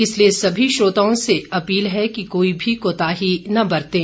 इसलिए सभी श्रोताओं से अपील है कि कोई भी कोताही न बरतें